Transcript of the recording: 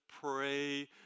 pray